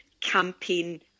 campaign